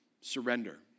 surrender